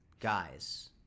guys